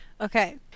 Okay